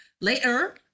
later